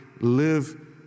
live